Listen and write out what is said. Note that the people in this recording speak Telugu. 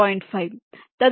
5